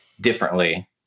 differently